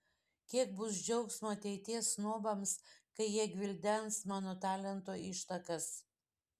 kiek bus džiaugsmo ateities snobams kai jie gvildens mano talento ištakas